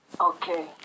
Okay